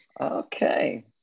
okay